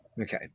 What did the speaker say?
Okay